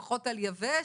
לפחות על יבש,